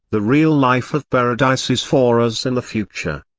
the real life of paradise is for us in the future.